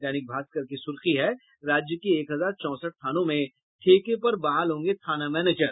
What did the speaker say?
दैनिक भास्कर की सुर्खी है राज्य के एक हजार चौंसठ थानों में ठेके पर बहाल होंगे थाना मैनेजर